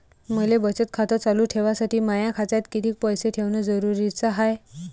मले बचत खातं चालू ठेवासाठी माया खात्यात कितीक पैसे ठेवण जरुरीच हाय?